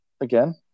again